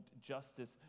justice